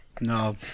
No